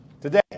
today